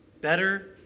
better